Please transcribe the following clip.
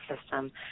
system